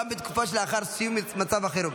גם בתקופה שלאחר סיום מצב החירום.